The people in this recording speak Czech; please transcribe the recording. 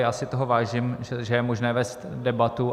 Já si toho vážím, že je možné vést debatu.